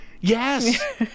yes